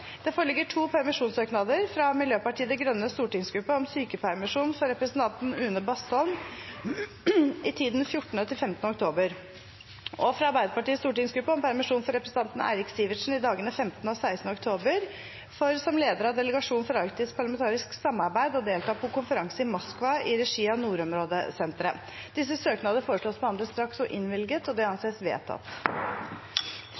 Det foreligger to permisjonssøknader: fra Miljøpartiet De Grønnes stortingsgruppe om sykepermisjon for representanten Une Bastholm i tiden 14.–15. oktober fra Arbeiderpartiets stortingsgruppe om permisjon for representanten Eirik Sivertsen i dagene 15. og 16. oktober for, som leder av delegasjonen for arktisk parlamentarisk samarbeid, å delta på konferanse i Moskva i regi av Nordområdesenteret Disse søknader foreslås behandlet straks og innvilget. – Det